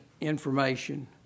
information